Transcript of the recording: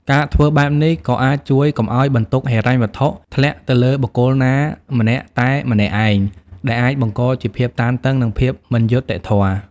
ការធ្វើបែបនេះ ក៏អាចជួយកុំឱ្យបន្ទុកហិរញ្ញវត្ថុធ្លាក់ទៅលើបុគ្គលណាម្នាក់តែម្នាក់ឯង ដែលអាចបង្កជាភាពតានតឹង និងភាពមិនយុត្តិធម៌។